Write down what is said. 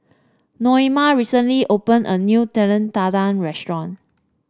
Naoma recently open a new Telur Dadah Restaurant